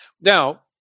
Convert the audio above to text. now